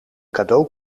cadeau